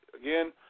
again